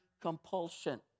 compulsion